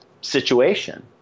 situation